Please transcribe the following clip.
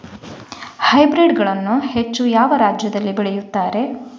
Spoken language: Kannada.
ಹೈಬ್ರಿಡ್ ಗಳನ್ನು ಹೆಚ್ಚು ಯಾವ ರಾಜ್ಯದಲ್ಲಿ ಬೆಳೆಯುತ್ತಾರೆ?